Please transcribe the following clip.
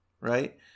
right